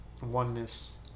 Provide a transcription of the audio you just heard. oneness